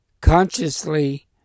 Consciously